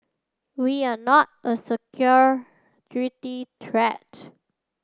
we are not a security threat